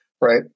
right